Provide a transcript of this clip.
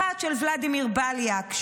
אחת של ולדימיר בליאק,